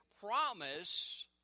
promise